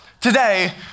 today